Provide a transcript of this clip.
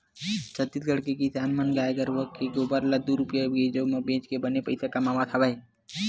छत्तीसगढ़ के किसान मन गाय गरूवय के गोबर ल दू रूपिया किलो म बेचके बने पइसा कमावत हवय